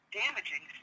damaging